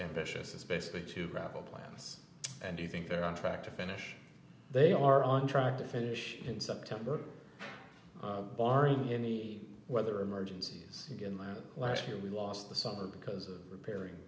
ambitious is basically to wrap up plans and do you think they're on track to finish they are on track to finish in september barring any weather emergencies again like last year we lost the summer because of repairing